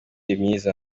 amashanyarazi